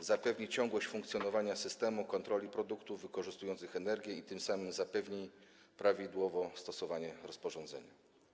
zapewni ciągłość funkcjonowania systemu kontroli produktów wykorzystujących energię i tym samym zapewni prawidłowe stosowanie rozporządzenia.